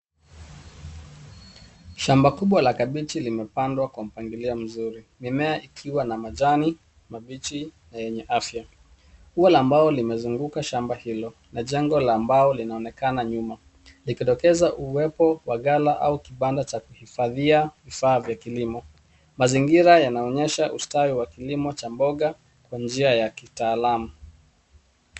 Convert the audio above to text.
Shamba kubwa la kabichi limepandwa kwa mpangilio mzuri mimea ikiwa na majani mabichi na yenye afya. Ua la mbao limezunguka shamba hilo na jengo la mbao linaonekana nyuma likidokeza uwepo wa ghala au kibanda cha kuhifadhia vifaa vya kilimo. Mazingira yanaonyesha ustawi wa kilimo cha mboga kwa njia ya kitaalamu.